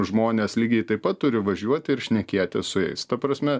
žmonės lygiai taip pat turi važiuoti ir šnekėtis su jais ta prasme